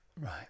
Right